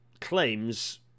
claims